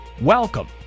Welcome